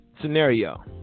scenario